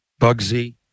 bugsy